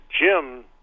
Jim